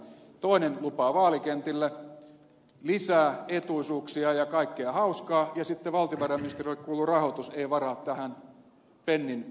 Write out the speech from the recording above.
toinen lupaa vaalikentillä lisää etuisuuksia ja kaikkea hauskaa ja sitten valtiovarainministeri jolle kuuluu rahoitus ei varaa tähän pennin hyrrää